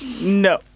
No